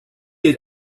had